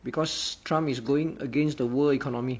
because trump is going against the world economy